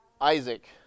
Isaac